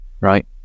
right